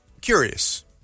curious